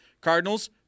Cardinals